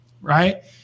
Right